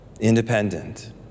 independent